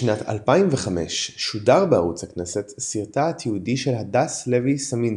בשנת 2005 שודר בערוץ הכנסת סרטה התיעודי של הדס לוי סצמסקי,